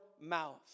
mouth